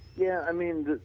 yeah, i mean,